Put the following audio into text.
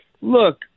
look